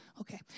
Okay